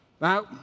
Now